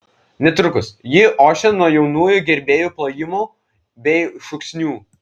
netrukus ji ošė nuo jaunųjų gerbėjų plojimų bei šūksnių